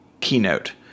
keynote